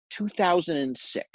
2006